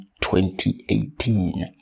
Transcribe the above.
2018